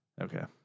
Okay